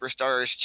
Superstars